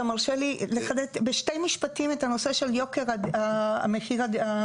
אתה מרשה לי לחדד בשני משפטים את הנושא של יוקר מחיר הדירה?